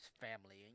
family